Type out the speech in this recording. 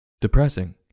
Depressing